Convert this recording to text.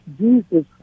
Jesus